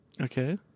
Okay